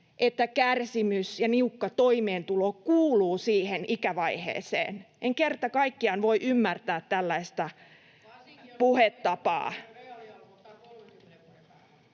että kärsimys ja niukka toimeentulo kuuluvat siihen ikävaiheeseen. En kerta kaikkiaan voi ymmärtää tällaista puhetapaa.